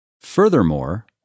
Furthermore